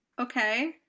Okay